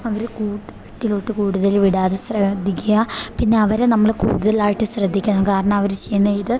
അവർ കൂട്ടുകെട്ടിലോട്ട് കൂടുതൽ വിടാതെ ശ്രദ്ധിക്കുക പിന്നെ അവരെ നമ്മൾ കൂടുതലായിട്ട് ശ്രദ്ധിക്കണം കാരണം അവർ ചെയ്യുന്ന ഇത്